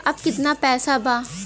अब कितना पैसा बा?